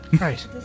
Right